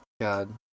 God